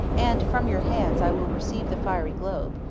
and from your hands i will receive the fiery globe,